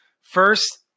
First